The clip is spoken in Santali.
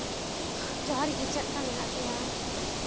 ᱡᱚᱦᱟᱨ ᱜᱮ ᱪᱮᱫ ᱞᱮᱠᱟ ᱢᱮᱱᱟᱜ ᱯᱮᱭᱟ